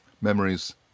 memories